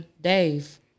Dave